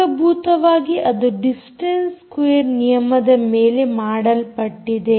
ಮೂಲಭೂತವಾಗಿ ಅದು distance square ನಿಯಮದ ಮೇಲೆ ಮಾಡಲ್ಪಟ್ಟಿದೆ